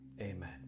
amen